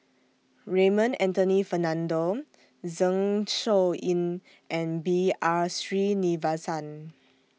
Raymond Anthony Fernando Zeng Shouyin and B R Sreenivasan